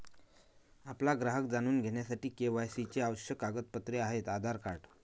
आपला ग्राहक जाणून घेण्यासाठी के.वाय.सी चे आवश्यक कागदपत्रे आहेत आधार कार्ड